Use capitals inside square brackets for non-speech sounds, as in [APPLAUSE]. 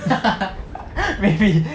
[LAUGHS] maybe